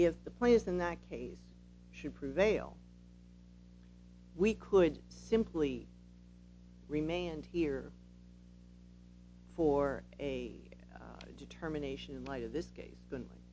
if the players in that case should prevail we could simply remained here for a determination in light of this case than